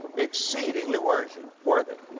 exceedingly worshy, worthy.